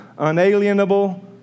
unalienable